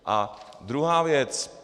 A druhá věc.